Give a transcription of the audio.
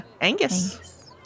Angus